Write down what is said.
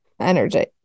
energy